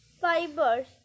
fibers